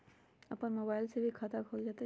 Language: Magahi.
अपन मोबाइल से भी खाता खोल जताईं?